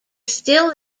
still